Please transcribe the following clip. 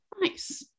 Nice